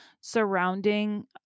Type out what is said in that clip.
surrounding